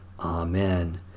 Amen